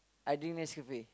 I drink Nescafe